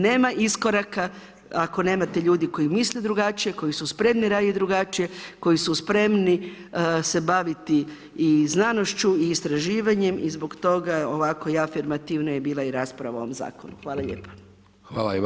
Nema iskoraka ako nemate ljudi koji misle drugačije, koji su spremni raditi drugačije, koji su spremni se baviti i znanošću i istraživanjem i zbog toga ovako i afirmativno je bila i rasprava o ovom zakonu.